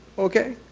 okay.